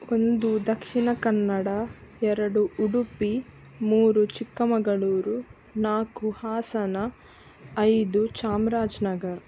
ಒಂದು ದಕ್ಷಿಣ ಕನ್ನಡ ಎರಡು ಉಡುಪಿ ಮೂರು ಚಿಕ್ಕಮಗಳೂರು ನಾಲ್ಕು ಹಾಸನ ಐದು ಚಾಮರಾಜ್ನಗರ